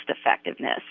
effectiveness